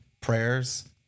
prayers